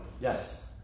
Yes